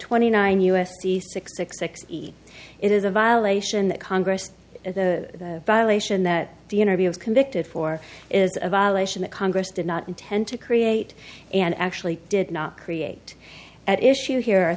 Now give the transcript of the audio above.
twenty nine u s c six six six it is a violation that congress has the violation that the interview was convicted for is a violation that congress did not intend to create and actually did not create at issue here